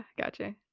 gotcha